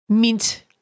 Mint